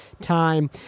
time